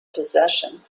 possession